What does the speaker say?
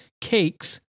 cakes